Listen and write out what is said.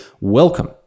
welcome